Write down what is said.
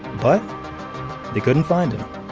but they couldn't find him.